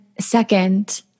second